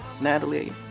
natalie